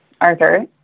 Arthur